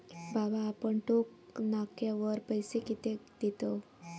बाबा आपण टोक नाक्यावर पैसे कित्याक देतव?